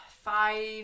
five